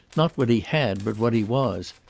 not what he had, but what he was.